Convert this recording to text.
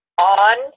on